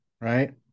right